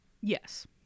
Yes